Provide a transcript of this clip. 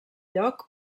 lloc